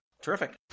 terrific